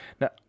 Now